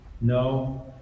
no